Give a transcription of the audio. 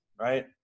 right